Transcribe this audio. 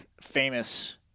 famous